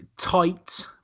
Tight